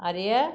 அறிய